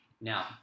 Now